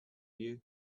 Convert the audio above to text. you